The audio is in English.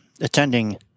attending